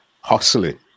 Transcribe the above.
Hustling